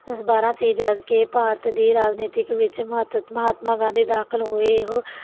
ਸੀ ਜਦ ਕੇ ਭਾਰਤ ਦੇ ਰਾਜਨੀਤਿਕ ਵਿੱਚ ਮਹੱਤਵ ਮਹਾਤਮਾ ਗਾਂਧੀ ਦਾਖਲ ਹੋਏ ਉਹ